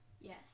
Yes